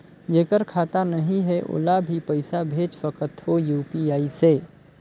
जेकर खाता नहीं है ओला भी पइसा भेज सकत हो यू.पी.आई से?